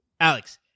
Alex